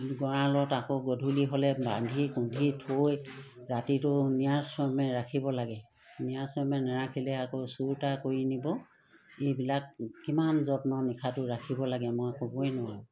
গঁড়ালত আকৌ গধূলি হ'লে বান্ধি কুন্ধি থৈ ৰাতিটো নিয়াৰ চৰ্মে ৰাখিব লাগে নিয়াৰ চৰ্মে নাৰাখিলে আকৌ চুৰ তাৰ কৰি নিব এইবিলাক কিমান যত্ন নিশাটো ৰাখিব লাগে মই ক'বই নোৱাৰোঁ